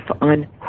on